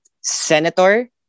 senator